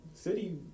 City